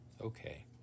Okay